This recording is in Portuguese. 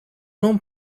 não